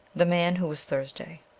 the man who was thursday